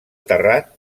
terrat